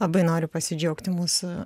labai noriu pasidžiaugti mūsų